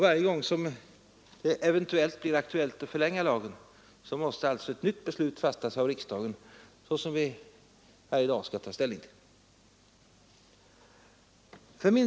Varje gång som det eventuellt blir aktuellt att förlänga lagen måste alltså ett nytt beslut fattas i riksdagen, såsom vi i dag skall göra.